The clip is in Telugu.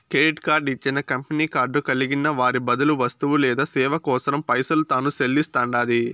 కెడిట్ కార్డు ఇచ్చిన కంపెనీ కార్డు కలిగున్న వారి బదులు వస్తువు లేదా సేవ కోసరం పైసలు తాను సెల్లిస్తండాది